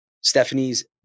Stephanie's